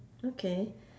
okay